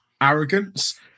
arrogance